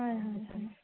হয় হয় হয়